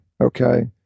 okay